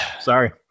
sorry